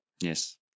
Yes